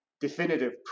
definitive